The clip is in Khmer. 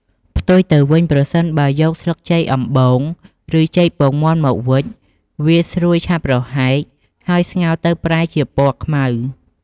ផ្ទុយទៅវិញប្រសិនបើយកស្លឹកចេកអំបូង ឬចេកពងមាន់មកវេច វាស្រួយឆាប់រហែក ហើយស្ងោរទៅប្រែជាពណ៌ខ្មៅ។